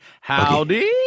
Howdy